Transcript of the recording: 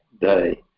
day